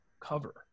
cover